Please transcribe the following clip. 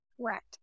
Correct